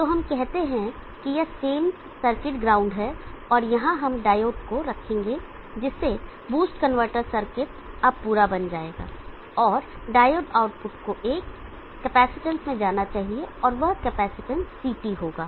तो हम कहते हैं कि यह सेम सर्किट ग्राउंड है और यहां हम डायोड को रखेंगे जिससे बूस्ट कन्वर्टर सर्किट अब पूरा बन जाएगा और डायोड आउटपुट को एक कैपेसिटेंस में जाना चाहिए और वह कैपेसिटेंस CT होगा